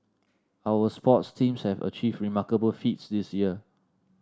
our sports teams have achieved remarkable feats this year